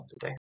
today